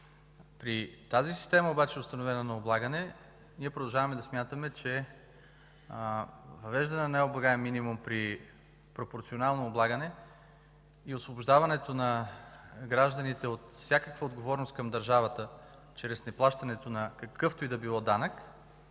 При тази установена система на облагане обаче ние продължаваме да смятаме, че въвеждането на необлагаем минимум при пропорционално облагане и освобождаването на гражданите от всякаква отговорност към държавата чрез неплащането на какъвто и да било данък